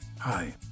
Hi